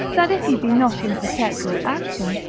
that if it be not in perpetual action,